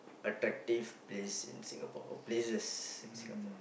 attractive place in Singapore or places in Singapore